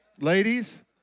ladies